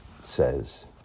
says